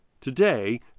today